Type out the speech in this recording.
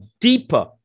deeper